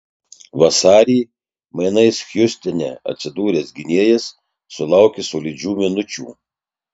vasarį mainais hjustone atsidūręs gynėjas sulaukė solidžių minučių